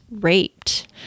raped